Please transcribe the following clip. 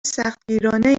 سختگیرانهای